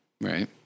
Right